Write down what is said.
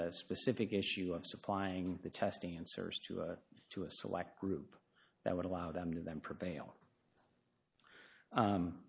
the specific issue of supplying the testing answers to to a select group that would allow them to them prevail